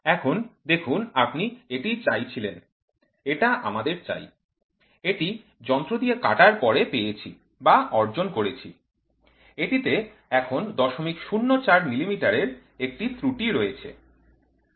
এখন দেখুন আপনি এটি চাইছিলেন এটা আমাদের চাই এটি যন্ত্র দিয়ে কাটার পরে পেয়েছি বা অর্জন করেছি এটিতে এখন ০০৪ মিলিমিটারের একটি ত্রুটি রয়েছে